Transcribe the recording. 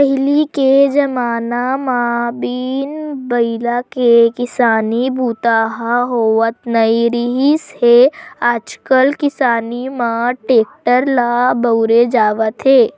पहिली के जमाना म बिन बइला के किसानी बूता ह होवत नइ रिहिस हे आजकाल किसानी म टेक्टर ल बउरे जावत हे